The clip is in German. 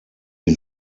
sie